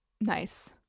nice